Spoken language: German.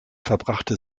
verbrachte